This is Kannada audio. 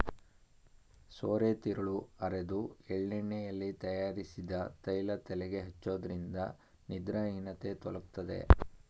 ಸೋರೆತಿರುಳು ಅರೆದು ಎಳ್ಳೆಣ್ಣೆಯಲ್ಲಿ ತಯಾರಿಸಿದ ತೈಲ ತಲೆಗೆ ಹಚ್ಚೋದ್ರಿಂದ ನಿದ್ರಾಹೀನತೆ ತೊಲಗ್ತದೆ